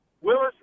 Willis